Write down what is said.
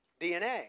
DNA